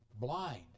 blind